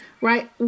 right